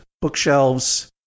bookshelves